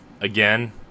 again